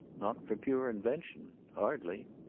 not for pure invention. hardly.